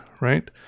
right